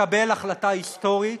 לקבל, היסטורית,